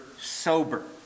sober